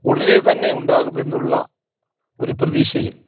ഉടനെതന്നെ ഉണ്ടാകുമെന്നുള്ള ഒരു പ്രതീക്ഷയില്